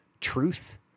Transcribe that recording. Truth